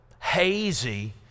hazy